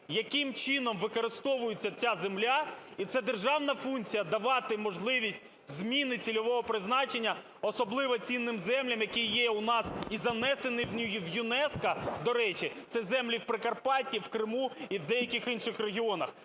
яким чином використовується ця земля, і це державна функція – давати можливість зміни цільового призначення особливо цінним землям, які є у нас і занесені в ЮНЕСКО. До речі, це землі в Прикарпатті, в Криму і в деяких інших регіонах.